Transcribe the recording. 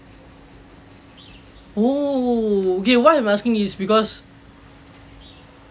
oh okay why I'm asking is because